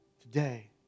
Today